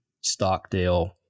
Stockdale